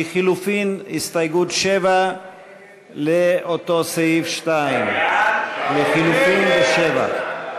הסתייגות 7 לחלופין לאותו סעיף, 2, לחלופין ב-7.